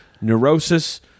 neurosis